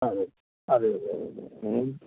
അതെ അതെയതെയതെയതെ നിങ്ങൾ